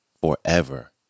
forever